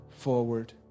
forward